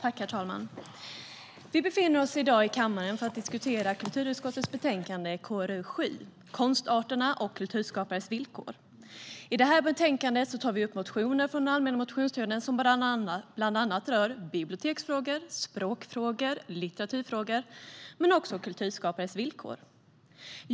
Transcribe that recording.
Herr talman! Vi befinner oss i dag i kammaren för att diskutera kulturutskottets betänkande KrU7 Konstarter och kulturskapares villkor . I betänkandet tar vi upp motioner från den allmänna motionstiden som bland annat rör biblioteksfrågor, språkfrågor och litteraturfrågor men också kulturskapares villkor.